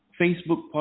Facebook